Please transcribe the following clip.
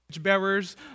bearers